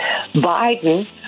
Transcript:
Biden